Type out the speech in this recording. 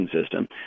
system